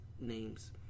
names